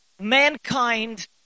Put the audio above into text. mankind